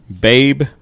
Babe